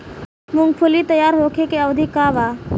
मूँगफली तैयार होखे के अवधि का वा?